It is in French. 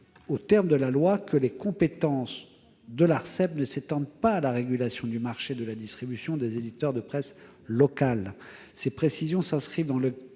d'écrire dans la loi que les compétences de l'Arcep ne s'étendent pas à la régulation du marché de la distribution des éditeurs de presse locale. Ces précisions s'inscrivent dans la